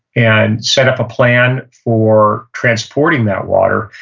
and set up a plan for transporting that water,